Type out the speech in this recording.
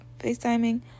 facetiming